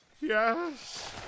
Yes